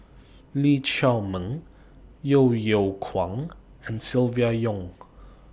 Lee Chiaw Meng Yeo Yeow Kwang and Silvia Yong